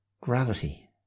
Gravity